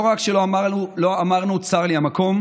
לא רק שלא אמרנו: צר לי המקום,